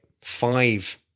five